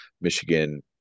michigan